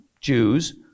Jews